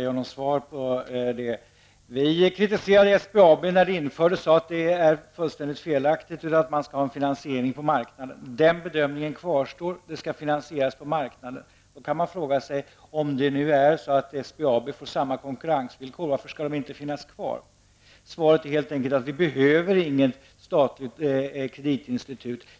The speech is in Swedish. mig om SBAB. Vi kritiserade SBAB när det bolaget infördes och sade att dess bostadsfinansieringssystem var helt felaktigt. Varför bör då inte SBAB finnas kvar om bolaget ges samma konkurrensvillkor som övriga bolag på kreditmarknaden har? Svaret är helt enkelt att det inte behövs något statligt kreditinstitut.